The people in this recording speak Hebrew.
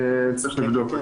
צריך לבדוק.